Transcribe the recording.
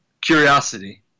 curiosity